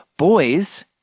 Boys